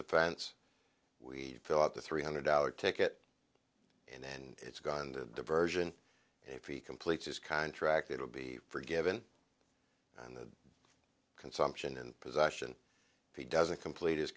offense we fill out the three hundred dollar ticket and then it's gone the diversion if he completes his contract it will be forgiven and the consumption and possession he doesn't complete his